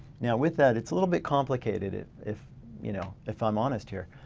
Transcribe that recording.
now with that it's a little bit complicated. if you know if i'm honest here,